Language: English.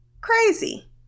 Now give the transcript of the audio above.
crazy